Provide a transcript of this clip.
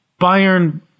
Bayern